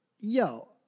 yo